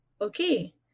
okay